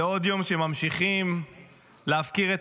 זה עוד יום שממשיכים להפקיר את